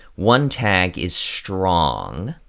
one tag is strong,